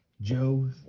joe